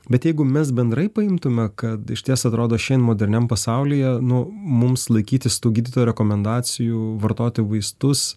bet jeigu mes bendrai paimtume kad išties atrodo šiandien moderniam pasaulyje nu mums laikytis tų gydytojo rekomendacijų vartoti vaistus